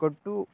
कटु